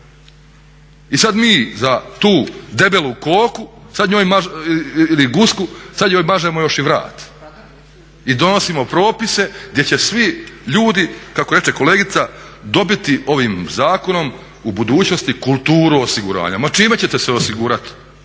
I sad mi za tu debelu koku ili gusku sad joj mažemo još i vrat i donosimo propise gdje će svi ljudi kako reče kolegica dobiti ovim zakonom u budućnosti kulturu osiguranja. Ma čime ćete se osigurati?